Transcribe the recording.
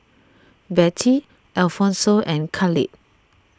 Bettye Alphonso and Khalid